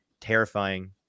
terrifying